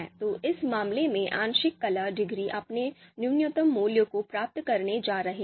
तो इस मामले में आंशिक कलह डिग्री अपने न्यूनतम मूल्य को प्राप्त करने जा रही है